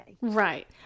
Right